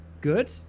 Good